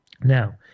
Now